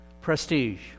Prestige